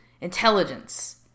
intelligence